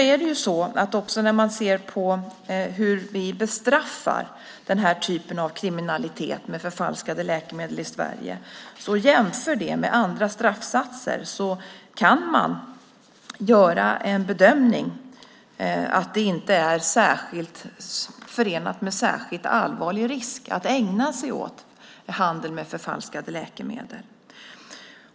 Vi kan se på hur vi bestraffar den här typen av kriminalitet med förfalskade läkemedel i Sverige och jämföra det med andra straffsatser. Man kan göra bedömningen att det inte är förenat med särskilt allvarlig risk att ägna sig åt handel med förfalskade läkemedel.